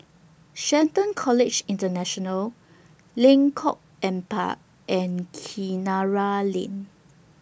Shelton College International Lengkok Empat and Kinara Lane